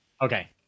Okay